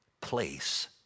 place